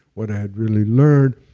what i had really learned.